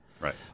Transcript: right